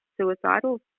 suicidal